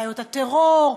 בעיות הטרור,